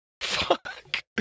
Fuck